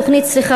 התוכנית צריכה,